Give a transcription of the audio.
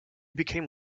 became